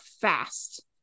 fast